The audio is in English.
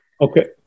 Okay